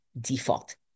default